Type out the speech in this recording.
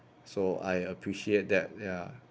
so I appreciate that ya